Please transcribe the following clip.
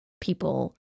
people